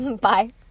Bye